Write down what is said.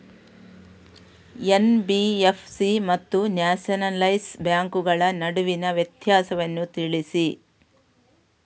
NBFC ಮತ್ತು nationalise ಬ್ಯಾಂಕುಗಳ ನಡುವಿನ ವ್ಯತ್ಯಾಸವನ್ನು ತಿಳಿಸಿ?